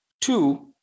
Two